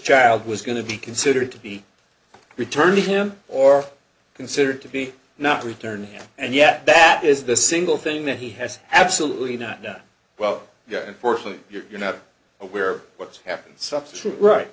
child was going to be considered to be returned to him or considered to be not returned and yet that is the single thing that he has absolutely not done well yeah unfortunately you're not aware of what's happened substitute right